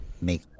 make